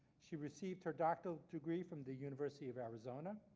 she received her doctoral degree from the university of arizona.